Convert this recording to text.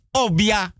obia